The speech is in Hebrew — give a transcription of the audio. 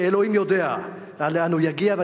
שאלוהים יודע לאן הוא יגיע,